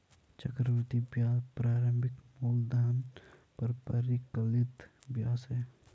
चक्रवृद्धि ब्याज प्रारंभिक मूलधन पर परिकलित ब्याज है